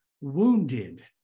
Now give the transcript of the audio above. wounded